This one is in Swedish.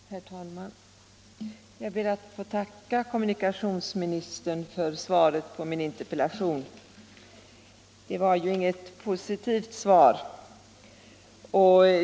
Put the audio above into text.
Herr talman! Jag ber att få tacka kommunikationsministern för svaret på min interpellation. Det var ju inget positivt svar.